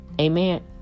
Amen